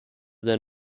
than